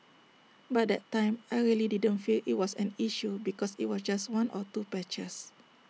but that time I really didn't feel IT was an issue because IT was just one or two patches